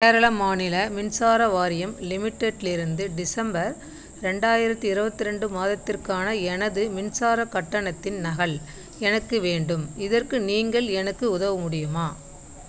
கேரள மாநில மின்சார வாரியம் லிமிடெட்லிருந்து டிசம்பர் ரெண்டாயிரத்து இருபத்து ரெண்டு மாதத்திற்கான எனது மின்சார கட்டணத்தின் நகல் எனக்கு வேண்டும் இதற்கு நீங்கள் எனக்கு உதவ முடியுமா